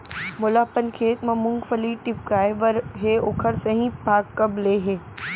मोला अपन खेत म मूंगफली टिपकाय बर हे ओखर सही पाग कब ले हे?